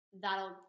that'll